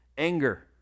anger